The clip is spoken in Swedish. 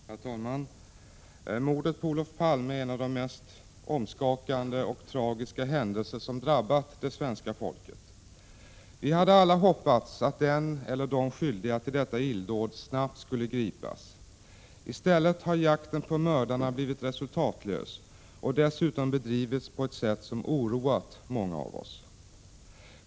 Herr talman! Mordet på Olof Palme är en av de mest omskakande och tragiska händelser som drabbat det svenska folket. Vi hade alla hoppats att den eller de skyldiga till detta illdåd snabbt skulle gripas. I stället har jakten på mördarna blivit resultatlös och dessutom bedrivits på ett sätt som oroat många av oss.